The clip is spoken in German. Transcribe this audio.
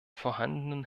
vorhandenen